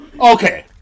Okay